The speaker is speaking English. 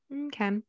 Okay